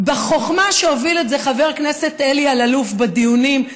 בחוכמה שהוביל את זה חבר הכנסת אלי אלאלוף בדיונים,